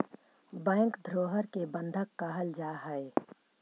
bank धरोहर के बंधक कहल जा हइ